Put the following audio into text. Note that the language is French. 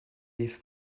des